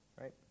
Right